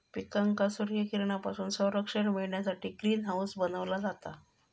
पिकांका सूर्यकिरणांपासून संरक्षण मिळण्यासाठी ग्रीन हाऊस बनवला जाता